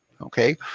Okay